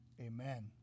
Amen